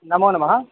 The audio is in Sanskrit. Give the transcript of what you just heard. नमो नमः